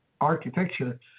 architecture